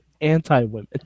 anti-women